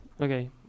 Okay